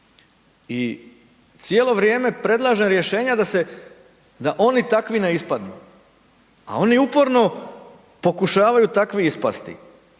I cijelo vrijeme predlažem rješenja da oni takvi ne ispadnu. A oni uporno pokušavaju takvi ispasti.